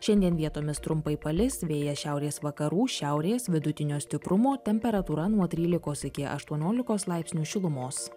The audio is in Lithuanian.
šiandien vietomis trumpai palis vėjas šiaurės vakarų šiaurės vidutinio stiprumo temperatūra nuo trylikos iki aštuoniolikos laipsnių šilumos